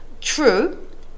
True